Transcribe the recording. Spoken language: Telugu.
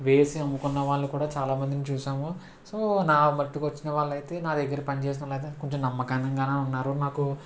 వేసి అమ్ముకున్న వాళ్ళు కూడా చాలా మందిని చూశాము సో నా మట్టుకు వచ్చిన వాళ్ళు అయితే నా దగ్గర పని చేసిన వాళ్ళు అయితే కొంచెం నమ్మకంగా ఉన్నారు నాకు